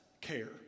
care